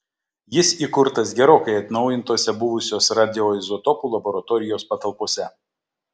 jis įkurtas gerokai atnaujintose buvusios radioizotopų laboratorijos patalpose